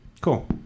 Cool